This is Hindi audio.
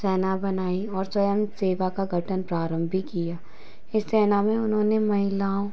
सेना बनाई और चयन सेवा का गठन प्रारम्भ भी किया इस सेना में उन्होंने महिलाओं